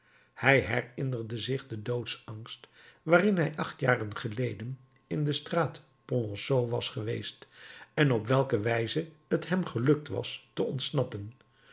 hij herinnerde zich den doodsangst waarin hij acht jaren geleden in de staat polonceau was geweest en op welke wijze het hem gelukt was te ontsnappen